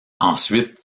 ensuite